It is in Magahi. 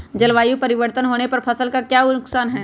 जलवायु परिवर्तन होने पर फसल का क्या नुकसान है?